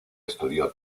estudió